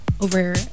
over